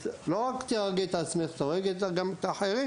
את לא רק תהרגי את עצמך, את הורגת איתך גם אחרים";